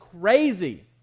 crazy